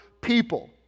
people